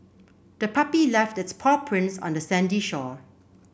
the puppy left its paw prints on the sandy shore